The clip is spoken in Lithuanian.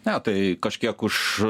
na tai kažkiek už